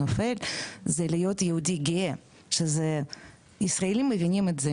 זה להיות יהודי גאה שזה ישראלים מבינים את זה,